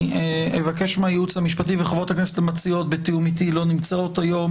בתיאום איתי חברות הכנסת המציעות לא נמצאות כאן